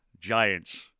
Giants